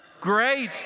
Great